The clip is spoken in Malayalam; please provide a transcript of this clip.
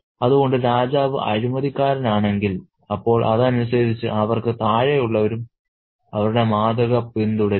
അതുകൊണ്ട് രാജാവ് അഴിമതിക്കാരനാണെങ്കിൽ അപ്പോൾ അതനുസരിച്ച് അവർക്ക് താഴെയുള്ളവരും അവരുടെ മാതൃക പിന്തുടരും